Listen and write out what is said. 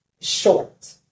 Short